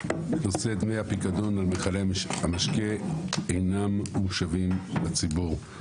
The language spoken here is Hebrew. נושא דמי הפיקדון על מכלי המשקה אינם מושבים לציבור.